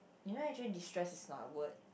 you know actually destress is not a word